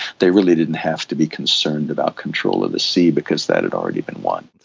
they really didn't have to be concerned about control of the sea because that had already been won.